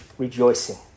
rejoicing